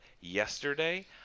Yesterday